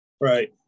Right